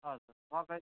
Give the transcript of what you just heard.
हजुर मकै